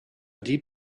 deep